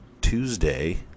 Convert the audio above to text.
Tuesday